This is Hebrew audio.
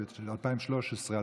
ב-2013,